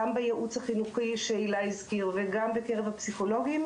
גם בייעוץ החינוכי שאילאי הזכיר וגם בקרב הפסיכולוגים,